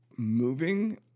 moving